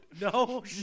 No